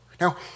Now